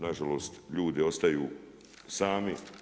Na žalost, ljudi ostaju sami.